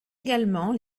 également